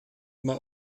immer